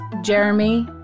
Jeremy